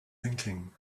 thinking